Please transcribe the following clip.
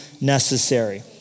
necessary